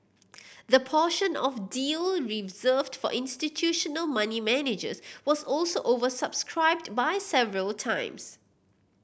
the portion of the deal reserved for institutional money managers was also oversubscribed by several times